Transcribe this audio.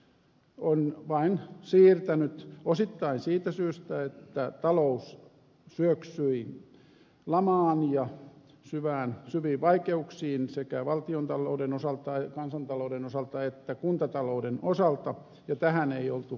se on vain siirtänyt ongelmia osittain siitä syystä että talous syöksyi lamaan ja syviin vaikeuksiin sekä valtiontalouden osalta kansantalouden osalta että kuntatalouden osalta ja tähän ei ollut varauduttu